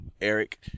Eric